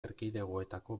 erkidegoetako